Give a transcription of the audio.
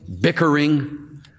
bickering